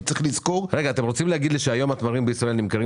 אתם רוצים להגיד שהיום התמרים בישראל נמכרים